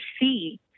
see